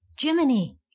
Jiminy